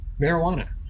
marijuana